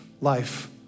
life